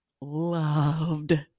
loved